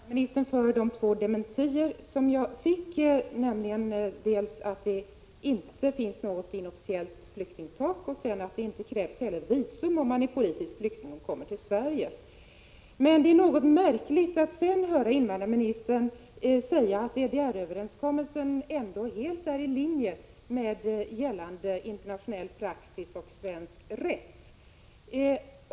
Fru talman! Jag vill tacka invandrarministern för de två dementier som jag fick, nämligen att det inte finns något inofficiellt flyktingtak och att det inte heller krävs visum om man är politisk flykting och kommer till Sverige. Det är emellertid något märkligt att därefter höra invandrarministern säga att DDR-överenskommelsen ändå är helt i linje med gällande internationell praxis och svensk rätt.